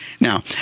Now